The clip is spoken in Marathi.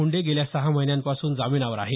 मुंडे गेल्या सहा महिन्यांपासून जामिनावर आहे